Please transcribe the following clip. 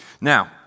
Now